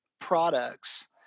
products